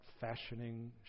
fashioning